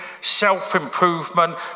self-improvement